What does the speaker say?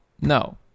No